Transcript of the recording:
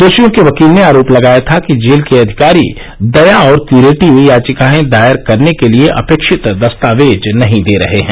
दोषियों के वकील ने आरोप लगाया था कि जेल अधिकारी दया और क्यूरेटिव याचिकाएं दायर करने के लिए अपेक्षित दस्तावेज नहीं दे रहे हैं